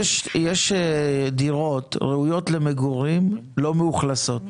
יש דירות ראויות למגורים, לא מאוכלסות.